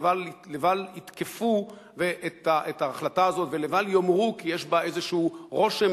לבל יתקפו את ההחלטה הזאת ולבל יאמרו כי יש בה איזשהו רושם